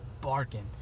barking